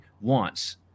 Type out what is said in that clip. wants